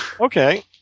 Okay